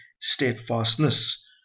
steadfastness